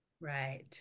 Right